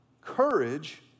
courage